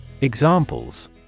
Examples